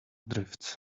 drifts